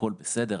הכל בסדר,